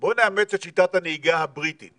בוא נאמץ את שיטת הנהיגה הבריטית